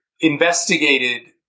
investigated